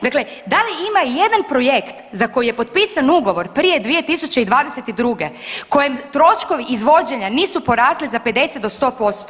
Dakle, da li ima i jedan projekt za koji je potpisan ugovor prije 2022. kojem troškovi izvođenja nisu porasli za 50 do 100%